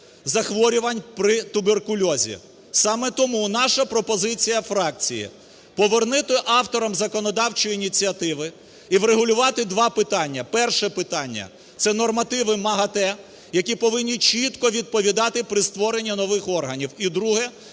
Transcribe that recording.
захворювань при туберкульозі. Саме тому наша пропозиція, фракції: повернути авторам законодавчої ініціативи і врегулювати два питання. Перше питання - це нормативи МАГАТЕ, які повинні чітко відповідати при створенні нових органів. І друге: